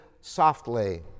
softly